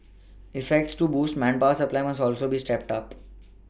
efforts to boost manpower supply must also be stepped up